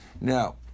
Now